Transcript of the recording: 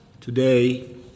Today